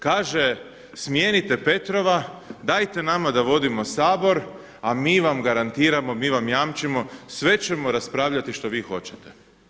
Kaže, smijenite Petrova, dajte nama da vodimo Sabor, a mi vam garantiramo, mi vam jamčimo sve ćemo raspravljati što vi hoćete.